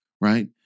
right